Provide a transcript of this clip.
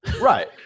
Right